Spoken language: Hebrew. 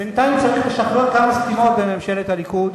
בינתיים צריך לשחרר כמה סתימות בממשלת הליכוד,